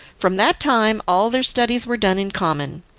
from that time all their studies were done in common.